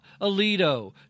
Alito